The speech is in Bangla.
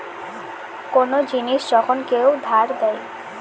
কোন জিনিস যখন কেউ ধার দেয়